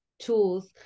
tools